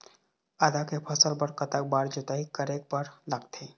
आदा के फसल बर कतक बार जोताई करे बर लगथे?